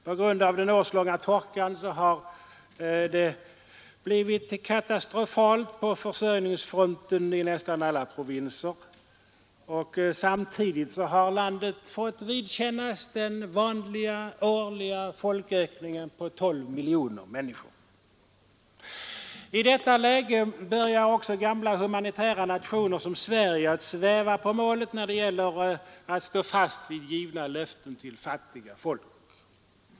På grund av den årslånga torkan har det blivit katastrofala förhållanden på försörjningsfronten i nästan alla provinser, och samtidigt har landet fått vidkännas den vanliga årliga folkökningen på 12 miljoner människor. I detta läge börjar också gamla humanitära nationer som Sverige att sväva på målet när det gäller att stå fast vid givna löften till fattiga folk.